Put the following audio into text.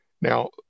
Now